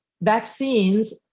Vaccines